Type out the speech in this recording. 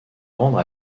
rendre